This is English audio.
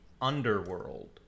Underworld